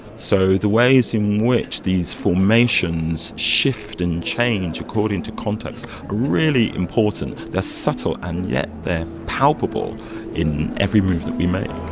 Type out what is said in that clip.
so the ways in which these formations shift and change change according to context are really important. they're subtle, and yet, they're palpable in every move that we make